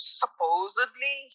supposedly